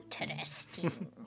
Interesting